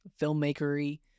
filmmakery